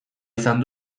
izan